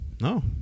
No